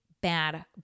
bad